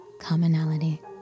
commonality